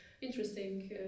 interesting